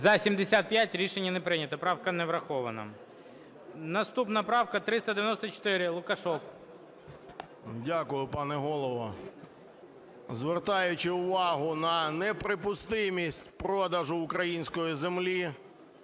За-75 Рішення не прийнято. Правка не врахована. Наступна правка 394, Лукашев. 16:38:52 ЛУКАШЕВ О.А. Дякую, пане Голово. Звертаючи увагу на неприпустимість продажу української землі